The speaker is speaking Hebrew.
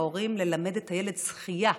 ההורים, ללמד את הילד שחייה.